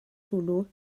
hwnnw